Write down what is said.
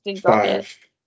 Five